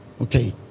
Okay